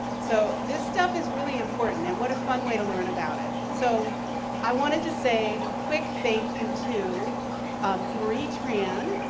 so this stuff is really important, and what a fun way to learn about it. so i wanted to say a quick thank you to marie tran.